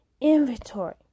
inventory